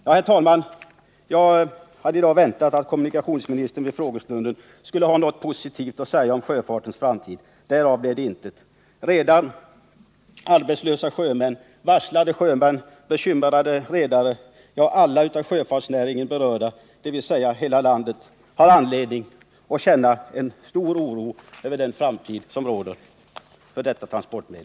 Jag hade i dag väntat att kommunikationsministern under frågestunden skulle ha något positivt att säga om sjöfartens framtid. Därav blev intet. Redan arbetslösa sjömän, varslade sjömän, bekymrade redare, ja, alla av sjöfartsnäringen berörda, dvs. hela landet, har anledning att känna stor oro för denna närings framtid.